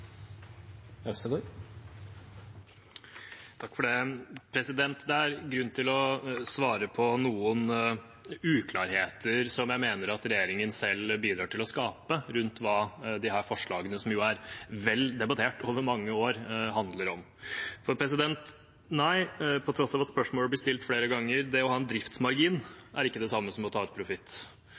Det er grunn til å svare på noen uklarheter som jeg mener at regjeringen selv bidrar til å skape rundt hva disse forslagene, som er vel debattert over mange år, handler om. Nei, på tross av at spørsmålet ble stilt flere ganger, det å ha en driftsmargin er ikke det samme som å ta ut profitt.